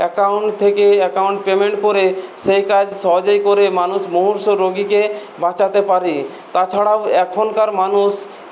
account থেকে account payment করে সেই কাজ সহজেই করে মানুষ মুমূর্ষু রোগীকে বাঁচাতে পারে তাছাড়াও এখনকার মানুষ